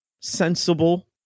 sensible